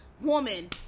woman